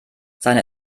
seine